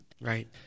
Right